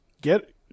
Get